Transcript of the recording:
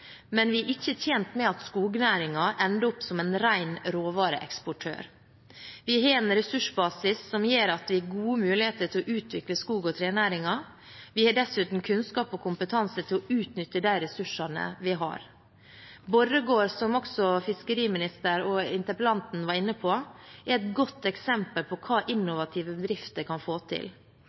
men vi er ikke tjent med at skognæringen ender opp som en ren råvareeksportør. Vi har en ressursbasis som gjør at vi har gode muligheter til å utvikle skog- og trenæringen. Vi har dessuten kunnskap og kompetanse til å utnytte de ressursene vi har. Borregaard, som både fiskeriministeren og interpellanten var inne på, er et godt eksempel på hva innovative bedrifter kan få til.